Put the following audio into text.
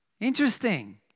Interesting